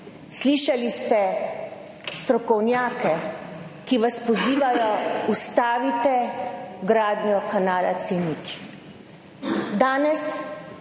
Slišali ste strokovnjake, ki vas pozivajo: ustavite gradnjo kanala C0. Danes